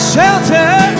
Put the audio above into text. Shelter